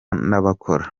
n’abakora